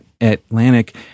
Atlantic